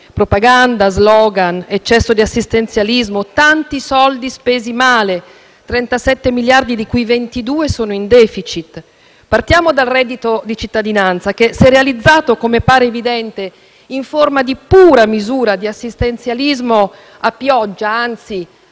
propaganda, *slogan*, eccesso di assistenzialismo, tanti soldi spesi male: 37 miliardi, di cui 22 sono in *deficit*. Partiamo dal reddito di cittadinanza, che si è realizzato, come pare evidente, in forma di pura misura di assistenzialismo a pioggia, anzi